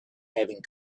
having